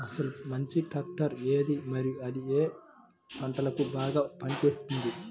అసలు మంచి ట్రాక్టర్ ఏది మరియు అది ఏ ఏ పంటలకు బాగా పని చేస్తుంది?